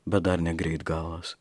bet dar negreit galas